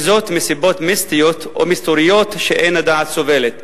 וזאת מסיבות מיסטיות או מסתוריות שאין הדעת סובלת.